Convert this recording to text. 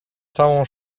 całą